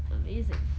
amazing